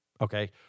Okay